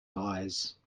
eyes